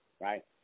right